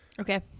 Okay